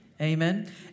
Amen